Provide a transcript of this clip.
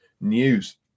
news